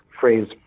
phrase